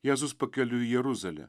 jėzus pakeliui į jeruzalę